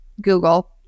Google